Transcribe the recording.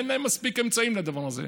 אין להם מספיק אמצעים לדבר הזה.